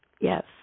Yes